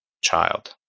child